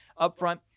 upfront